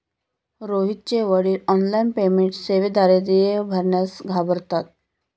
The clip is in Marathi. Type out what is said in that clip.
रोहितचे वडील ऑनलाइन पेमेंट सेवेद्वारे देय भरण्यास घाबरतात